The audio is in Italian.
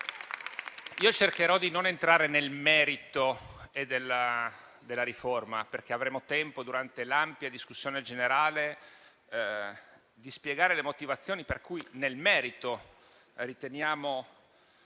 Cercherò di non entrare nel merito della riforma, perché avremo tempo durante l'ampia discussione generale di spiegare le motivazioni per cui riteniamo